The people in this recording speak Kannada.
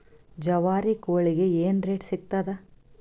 ಜವಾರಿ ಕೋಳಿಗಿ ಏನ್ ರೇಟ್ ಸಿಗ್ತದ?